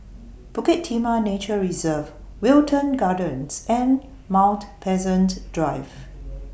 Bukit Timah Nature Reserve Wilton Gardens and Mount Pleasant Drive